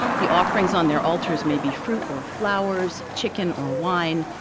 the offerings on their altars may be fruit or flowers, chicken or wine.